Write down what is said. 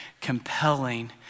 compelling